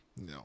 no